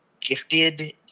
gifted